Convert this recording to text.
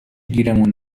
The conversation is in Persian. گیرمون